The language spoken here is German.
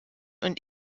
und